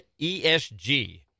ESG